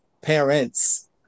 parents